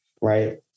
right